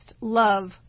love